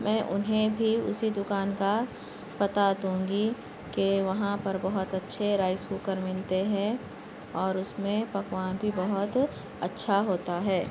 میں انہیں بھی اسی دکان کا پتا دوں گی کہ وہاں پر بہت اچھے رائس کوکر ملتے ہیں اور اس میں پکوان بھی بہت اچھا ہوتا ہے